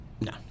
No